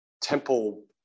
temple